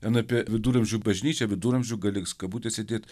ten apie viduramžių bažnyčią viduramžių gal reiks kabutėse dėt